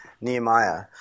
Nehemiah